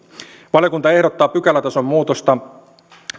valiokunta ehdottaa pykälätason muutosta